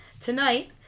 Tonight